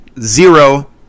zero